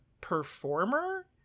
performer